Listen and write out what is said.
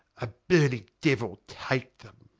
a burning devil take them!